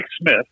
Smith